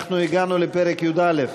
אנחנו הגענו לפרק י"א.